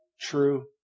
true